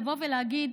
לבוא ולהגיד: